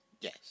Yes